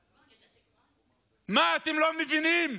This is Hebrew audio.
מה, אתם לא מבינים?